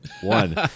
one